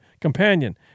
companion